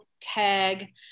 Tag